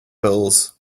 pills